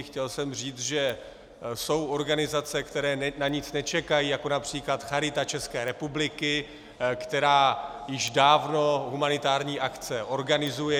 Chtěl jsem říct, že jsou organizace, které na nic nečekají, jako například Charita České republiky, která již dávno humanitární akce organizuje.